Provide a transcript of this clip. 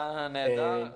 אתה נהדר.